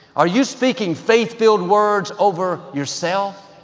are you speaking faith-filled words over yourself,